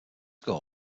score